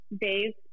days